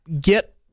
get